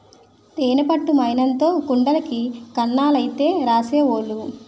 తేనె పట్టు మైనంతో కుండలకి కన్నాలైతే రాసేవోలు